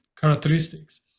characteristics